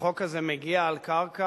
החוק הזה מגיע על קרקע